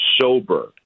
sober